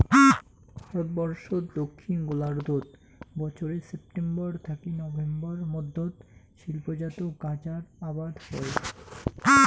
ভারতবর্ষত দক্ষিণ গোলার্ধত বছরে সেপ্টেম্বর থাকি নভেম্বর মধ্যত শিল্পজাত গাঁজার আবাদ হই